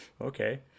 Okay